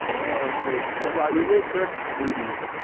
take google search boobies